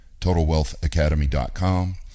TotalWealthAcademy.com